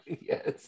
Yes